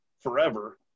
forever